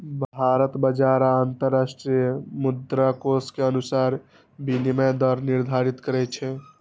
भारत बाजार आ अंतरराष्ट्रीय मुद्राकोष के अनुसार विनिमय दर निर्धारित करै छै